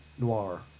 noir